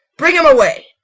bring him away.